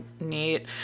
neat